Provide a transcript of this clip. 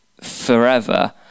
forever